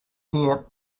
here